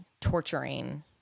torturing